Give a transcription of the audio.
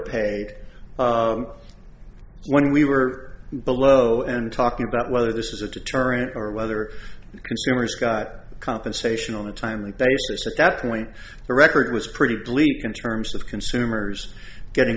paid when we were below and talking about whether this is a deterrent or whether consumers got compensation on a timely basis at that point the record was pretty bleak in terms of consumers getting